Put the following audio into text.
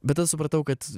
bet aš supratau kad